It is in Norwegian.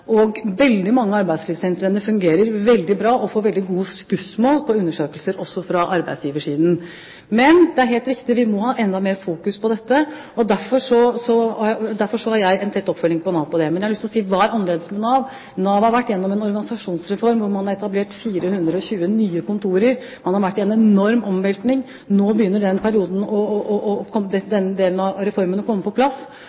og veldig mange av arbeidslivssentrene fungerer veldig bra og får veldig gode skussmål på undersøkelser, også fra arbeidsgiversiden. Men det er helt riktig: Vi må ha enda mer fokus på dette, og derfor har jeg en tett oppfølging av Nav her. Når det gjelder hva som er annerledes med Nav, har jeg lyst til å si: Nav har vært igjennom en organisasjonsreform, og man har etablert 420 nye kontorer. Man har vært i en enorm omveltning. Nå begynner den delen av reformen å komme på plass, og nettopp derfor har jeg også grunnlag for å